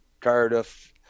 Cardiff